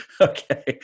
Okay